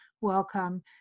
welcome